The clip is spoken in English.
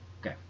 Okay